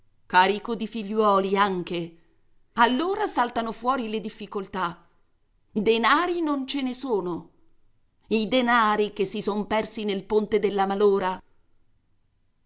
carico di figliuoli anche allora saltano fuori le difficoltà denari non ce ne sono i denari che si son persi nel ponte della malora